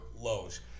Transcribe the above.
lows